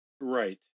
right